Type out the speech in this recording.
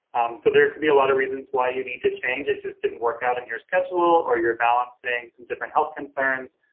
so, there could be a lot of reasons why you need to change it just didn't work out in your schedule or you're balancing some different health concerns,